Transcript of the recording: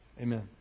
Amen